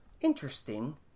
interesting